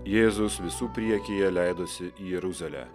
jėzus visų priekyje leidosi į jeruzalę